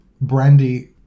Brandy